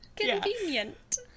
convenient